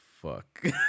fuck